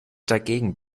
dagegen